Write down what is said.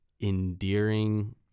endearing